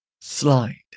slide